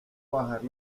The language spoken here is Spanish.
bajar